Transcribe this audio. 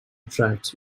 attracts